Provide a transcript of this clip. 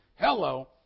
Hello